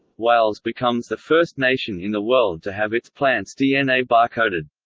wales becomes the first nation in the world to have its plants dna barcoded.